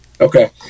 Okay